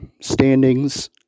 standings